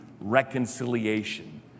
reconciliation